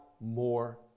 more